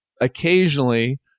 Occasionally